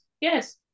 yes